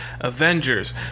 Avengers